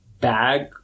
bag